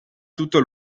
tutto